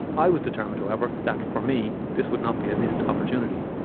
i was determined however that for me, this would not be a missed opportunity.